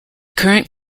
current